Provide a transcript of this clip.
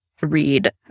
read